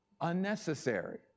unnecessary